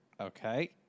Okay